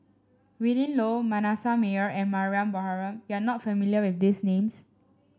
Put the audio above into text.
Willin Low Manasseh Meyer and Mariam Baharom you are not familiar with these names